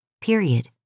period